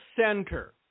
center